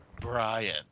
Brian